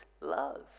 love